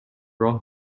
راه